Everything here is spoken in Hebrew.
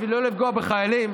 בשביל לא לפגוע בחיילים,